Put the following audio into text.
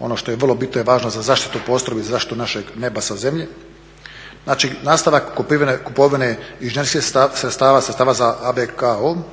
ono što je vrlo bitno i važno za zaštitu postrojbi, za zaštitu našeg neba sa zemlje. Znači nastavak kupovine inženjerskih sredstava, sredstava za ABCOM